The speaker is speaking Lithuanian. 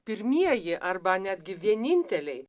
pirmieji arba netgi vieninteliai